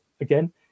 Again